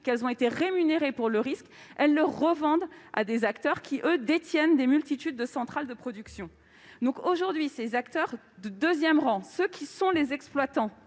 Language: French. risque et ont été rémunérées pour cela, elles revendent le contrat à des acteurs qui, eux, détiennent des multitudes de centrales de production. Aujourd'hui, ces acteurs de deuxième rang, qui sont les exploitants,